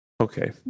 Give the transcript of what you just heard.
okay